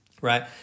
right